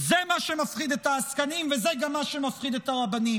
זה מה שמפחיד את העסקנים וזה גם מה שמפחיד את הרבנים.